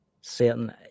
certain